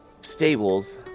stables